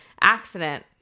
accident